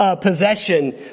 possession